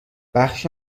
بخش